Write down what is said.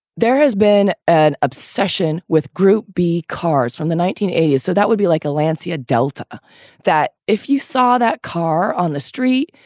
there has been an obsession with group b cars from the nineteen eighty s. so that would be like a lancey, a delta that if you saw that car on the street,